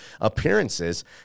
appearances